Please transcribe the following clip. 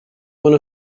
one